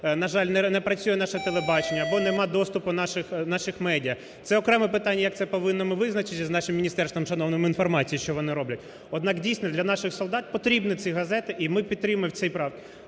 на жаль, не працює наше телебачення або немає доступу наших медіа. Це окреме питання, як ми повинні це визначити з нашим міністерством шановним інформації, що вони роблять. Однак, дійсно, для наших солдат потрібні ці газети, і ми підтримуємо ці правки.